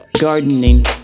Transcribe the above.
gardening